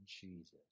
Jesus